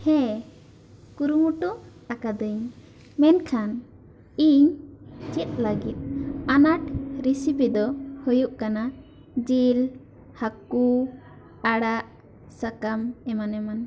ᱦᱮᱸ ᱠᱩᱨᱩᱢᱩᱴᱩ ᱟᱠᱟᱫᱟᱹᱧ ᱢᱮᱱᱠᱷᱟᱱ ᱤᱧ ᱪᱮᱫ ᱞᱟᱹᱜᱤᱫ ᱟᱱᱟᱸᱴ ᱨᱮᱥᱤᱯᱤ ᱫᱚ ᱦᱩᱭᱩᱜ ᱠᱟᱱᱟ ᱡᱤᱞ ᱦᱟᱹᱠᱩ ᱟᱲᱟᱜ ᱥᱟᱠᱟᱢ ᱮᱢᱟᱱ ᱮᱢᱟᱱ